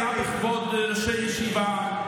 פגיעה בכבוד ראשי ישיבה,